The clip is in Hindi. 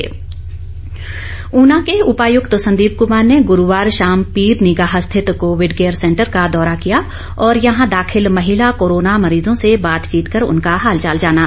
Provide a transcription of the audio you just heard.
डीसी ऊना ऊना के उपायुक्त संदीप कुमार ने गुरूवार शाम पीर निगाह स्थित कोविड केयर सेंटर का दौरा किया और यहां दाखिल महिला कोरोना मरीजों से बातचीत कर उनका हालचाल जाना